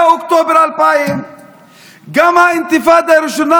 היה אוקטובר 2000. גם האינתיפאדה הראשונה